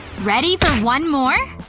ready for one more?